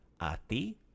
Ati